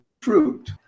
fruit